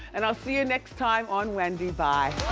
and i'll see you next time on wendy, bye!